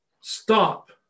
Stop